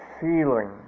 ceiling